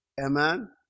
Amen